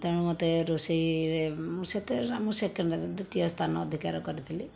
ତେଣୁ ମୋତେ ରୋଷେଇରେ ମୁଁ ମୁଁ ସେକେଣ୍ଡ ଦ୍ୱିତୀୟ ସ୍ଥାନ ଅଧିକାର କରିଥିଲି